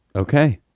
ok.